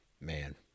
man